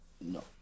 No